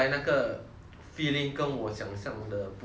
feeling 跟我想象的不一样 lah